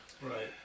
Right